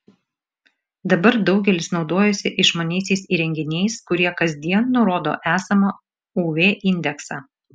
dabar daugelis naudojasi išmaniaisiais įrenginiais kurie kasdien nurodo esamą uv indeksą